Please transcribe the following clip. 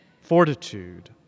fortitude